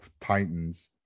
Titans